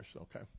Okay